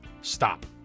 Stop